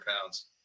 pounds